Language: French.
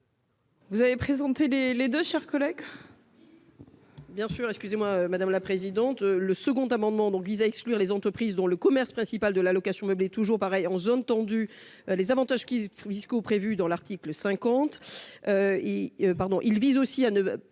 Vous avez présenté les les deux chers collègues. Bien sûr, excusez-moi, madame la présidente, le second amendement donc vise à exclure les entreprises dont le commerce principal de la location meublée toujours pareil en zone tendue, les avantages qui prévu dans l'article 50 y'pardon, il vise aussi à ne